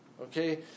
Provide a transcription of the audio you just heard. Okay